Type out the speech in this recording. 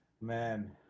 man